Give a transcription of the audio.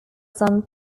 some